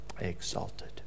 exalted